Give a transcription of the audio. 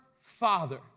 Father